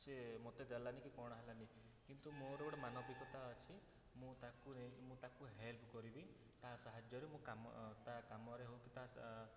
ସିଏ ମୋତେ ଦେଲାନି କି କ'ଣ ହେଲାନି କିନ୍ତୁ ମୋର ଗୋଟେ ମାନବିକତା ଅଛି ମୁଁ ତାକୁ ନେଇକି ମୁଁ ତାକୁ ହେଲ୍ପ କରିବି ତା' ସାହାଯ୍ୟରେ ମୁଁ କାମ ତା' କାମରେ ହଉ କି ତା' ସା